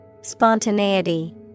Spontaneity